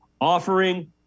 offering